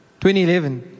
2011